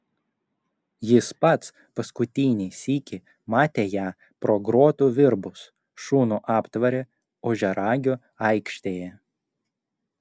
jis pats paskutinį sykį matė ją pro grotų virbus šunų aptvare ožiaragio aikštėje